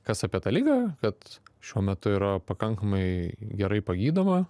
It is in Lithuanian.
kas apie tą ligą kad šiuo metu yra pakankamai gerai pagydoma